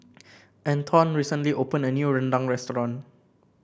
Antone recently opened a new rendang restaurant